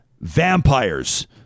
vampires